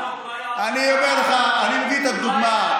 אני מביא את הדוגמה.